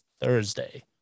Thursday